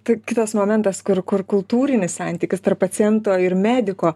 tai kitas momentas kur kur kultūrinis santykis tarp paciento ir mediko